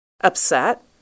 Upset